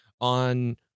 on